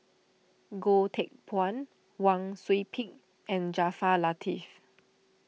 Goh Teck Phuan Wang Sui Pick and Jaafar Latiff